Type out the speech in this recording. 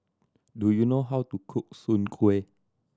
do you know how to cook Soon Kuih